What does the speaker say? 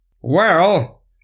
Well